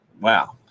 Wow